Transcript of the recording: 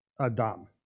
Adam